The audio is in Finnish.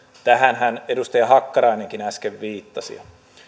tähänhän edustaja hakkarainenkin äsken viittasi